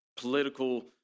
political